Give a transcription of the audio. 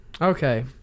Okay